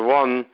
one